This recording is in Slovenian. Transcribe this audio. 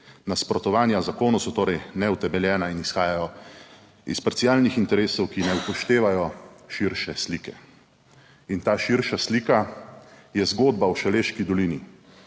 (nadaljevanje) so torej neutemeljena in izhajajo iz parcialnih interesov, ki ne upoštevajo širše slike. In ta širša slika je zgodba o Šaleški dolini.